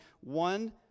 One